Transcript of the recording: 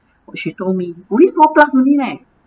she told me only four plus only leh